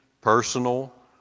personal